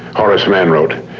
horace mann wrote,